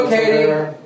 Katie